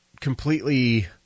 completely